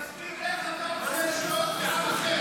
תסביר איך אתה רוצה לשלוט בעם אחר?